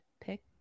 pick